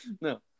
No